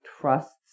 trusts